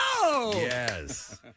Yes